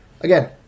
again